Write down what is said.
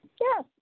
Yes